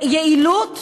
ביעילות,